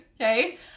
okay